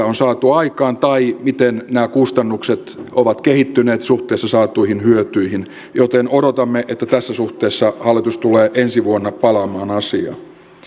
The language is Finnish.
on saatu aikaan tai miten nämä kustannukset ovat kehittyneet suhteessa saatuihin hyötyihin joten odotamme että tässä suhteessa hallitus tulee ensi vuonna palaamaan asiaan